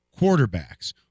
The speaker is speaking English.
quarterbacks